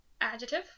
Adjective